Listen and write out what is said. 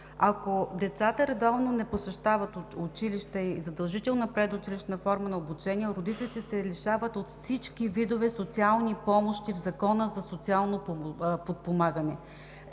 ако децата не посещават редовно училище и задължителна предучилищна форма на обучение, родителите се лишават от всички видове социални помощи в Закона за социално подпомагане.